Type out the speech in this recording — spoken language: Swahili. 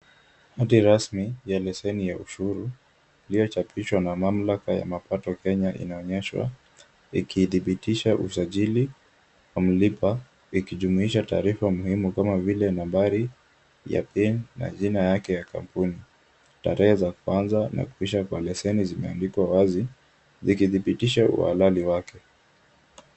Hati rasmi ya leseni ya ushuru iliyochaposhwa na mamlaka ya mapato Kenya inaonyeshwa ikidhibitisha usajili wa mlipa ikijumuisha taarifa muhimu kama vile nambari ya pin na jina yake ya kampuni. Tarehe za kuanza na kuisha kwa leseni zimeandikwa wazi zikidhibitisha uhalali wake.